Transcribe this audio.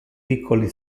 piccoli